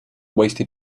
wasted